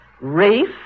Rafe